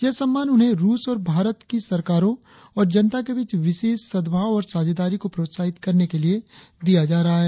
यह सम्मान उन्हें रुस और भारत की सरकारों और जनता के बीच विशेष सद्भाव और साझेदारी को प्रोत्साहित करने के लिए दिया जा रहा है